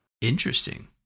Interesting